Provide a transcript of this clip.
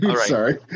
sorry